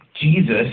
Jesus